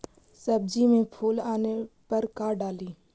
सब्जी मे फूल आने पर का डाली?